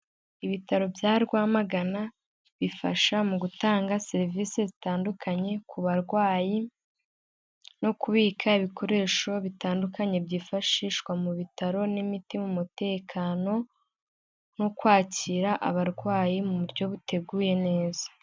Ibitaro bya Rwamagana bifasha mu gutanga serivisi zitandukanye ku barwayi, no kubika ibikoresho bitandukanye byifashishwa mu bitaro n'imiti mu mutekano, no kwakira abarwayi mu buryo buteguye neza.